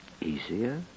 Easier